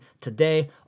today